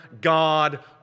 God